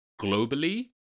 globally